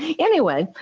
anyway,